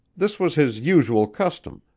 this was his usual custom,